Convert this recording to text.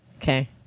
Okay